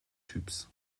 typs